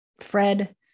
Fred